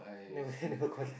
never say never collect